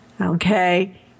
Okay